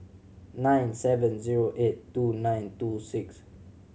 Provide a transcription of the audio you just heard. nine seven zero eight two nine two six